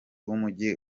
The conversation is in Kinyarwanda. w’umujyi